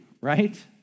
right